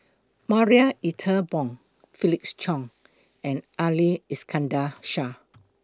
Marie Ethel Bong Felix Cheong and Ali Iskandar Shah